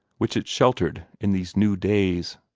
which it sheltered in these new days.